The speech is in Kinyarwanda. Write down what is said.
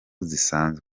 zisanzwe